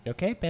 Okay